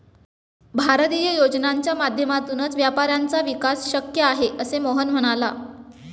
भारतीय योजनांच्या माध्यमातूनच व्यापाऱ्यांचा विकास शक्य आहे, असे मोहन म्हणाला